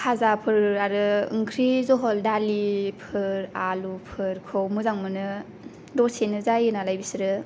भाजाफोर आरो ओंख्रि जहल दालिफोर आलुफोरखौ मोजां मोनो दसेनो जायो नालाय बिसोरो